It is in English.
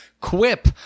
quip